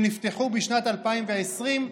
שנפתחו בשנת 2020,